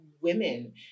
women